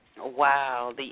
Wow